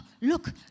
look